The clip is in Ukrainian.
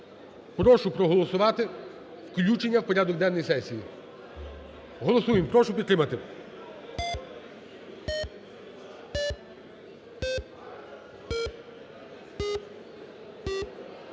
Прошу проголосувати включення в порядок денний сесії. Голосуємо. Прошу підтримати.